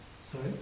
Sorry